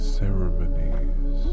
ceremonies